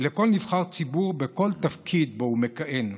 לכל נבחר ציבור בכל תפקיד שבו הוא מכהן.